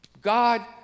God